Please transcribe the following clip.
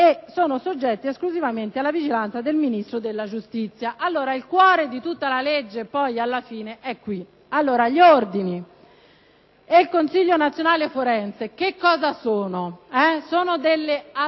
e sono soggetti esclusivamente alla vigilanza del Ministro della giustizia». Il cuore di tutta la legge alla fine è qui. Gli ordini e il Consiglio nazionale forense cosa sono? Sono associazioni